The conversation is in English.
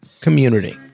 community